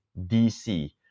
DC